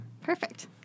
Perfect